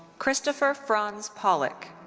christopher franz polack.